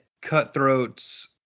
cutthroat's